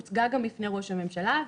היא הוצגה גם בפני ראש הממשלה,